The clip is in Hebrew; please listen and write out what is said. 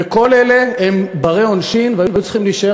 וכל אלה הם בני עונשין והיו צריכים להישאר